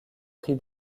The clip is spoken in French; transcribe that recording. prix